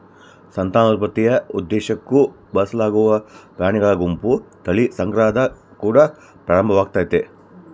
ಸಂತಾನೋತ್ಪತ್ತಿಯ ಉದ್ದೇಶುಕ್ಕ ಬಳಸಲಾಗುವ ಪ್ರಾಣಿಗಳ ಗುಂಪು ತಳಿ ಸಂಗ್ರಹದ ಕುಡ ಪ್ರಾರಂಭವಾಗ್ತತೆ